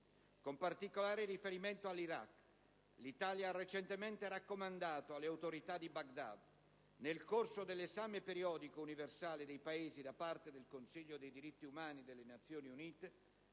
Con particolare riferimento all'Iraq, l'Italia ha recentemente raccomandato alle autorità di Baghdad, nel corso dell'esame periodico universale del Paese da parte dei Consiglio dei diritti umani delle Nazioni Unite